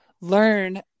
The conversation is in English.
learn